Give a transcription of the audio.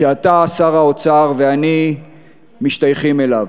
שאתה, שר האוצר, ואני משתייכים אליו.